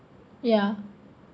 ya